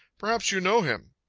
perhaps you know him.